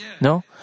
No